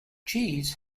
jeeves